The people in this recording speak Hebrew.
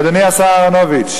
אדוני השר אהרונוביץ,